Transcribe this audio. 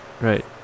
right